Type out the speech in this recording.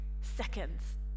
seconds